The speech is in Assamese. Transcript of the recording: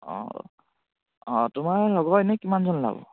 অঁ অঁ তোমাৰ লগৰ এনেই কিমানজন ওলাব